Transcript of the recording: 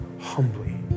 humbly